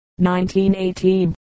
1918